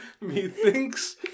Methinks